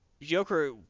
Joker